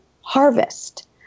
harvest